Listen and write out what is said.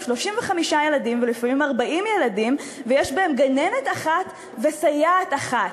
35 ילדים ולפעמים 40 ויש בהם גננת אחת וסייעת אחת.